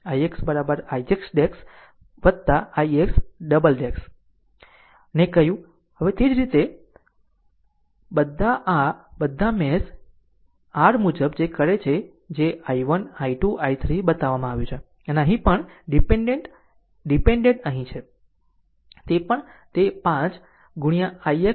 ix ix ' ix " ને કહ્યું અને તે જ રીતે અને બધા મેશ r મુજબ જે કરે છે કે i1 i2 i3 બતાવવામાં આવ્યું છે અને અહીં પણ ડીપેન્ડેન્ટ ડીપેન્ડેન્ટ અહીં છે તે પણ તે 5 ix ' હશે